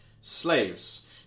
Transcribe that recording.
slaves